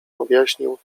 objaśnił